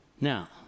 Now